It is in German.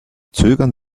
zögern